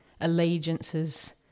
allegiances